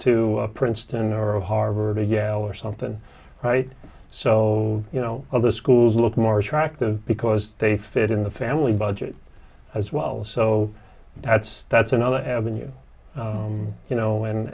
to princeton or harvard or yale or something right so you know all the schools look more attractive because they fit in the family budget as well so that's that's another avenue you know and